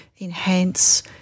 enhance